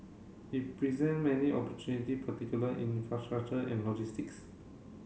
it present many opportunity particular in infrastructure and logistics